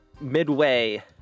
Midway